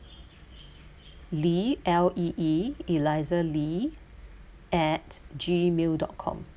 lee l e e eliza lee at gmail dot com